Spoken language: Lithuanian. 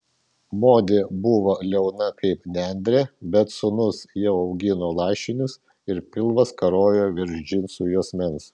modė buvo liauna kaip nendrė bet sūnus jau augino lašinius ir pilvas karojo virš džinsų juosmens